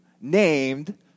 named